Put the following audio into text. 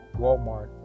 Walmart